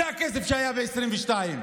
זה הכסף שהיה ב-2022.